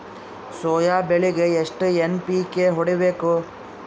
Soya ಬೆಳಿಗಿ ಎಷ್ಟು NPK ಹೊಡಿಬೇಕು?